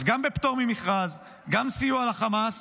אז גם בפטור ממכרז, גם סיוע לחמאס,